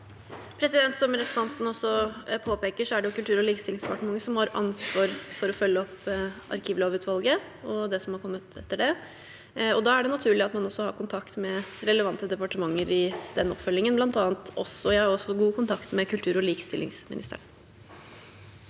Som representan- ten også påpeker, er det Kultur- og likestillingsdepartementet som har ansvar for å følge opp arkivlovutvalget og det som har kommet etter det. Da er det naturlig at man også har kontakt med relevante departementer i den oppfølgingen. Jeg har også god kontakt med kultur- og likestillingsministeren.